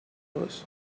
los